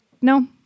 no